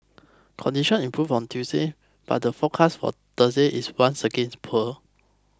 condition improved on Tuesday but the forecast for Thursday is once again poor